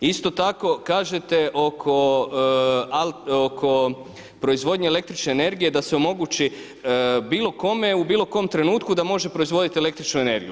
Isto tako kažete oko proizvodnje električne energije da se omogući bilo kome u bilo kom trenutku da može proizvoditi električnu energiju.